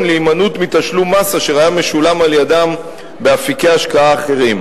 להימנעות מתשלום מס אשר היה משולם על-ידם באפיקי השקעה אחרים.